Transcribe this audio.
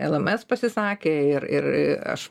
em em es pasisakė ir ir aš